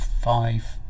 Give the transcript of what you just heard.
five